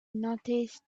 noticed